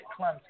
Clemson